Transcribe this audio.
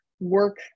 work